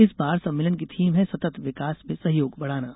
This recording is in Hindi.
इस बार सम्मेलन की थीम है सतत विकास में सहयोग बढ़ाना